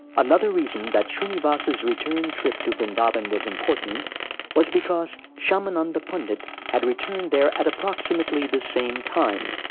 another reason that shrinivas's return trip to vrindavan was important was because shyamananda pandit had returned there at approximately the same time,